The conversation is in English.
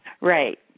Right